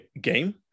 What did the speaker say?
game